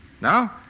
Now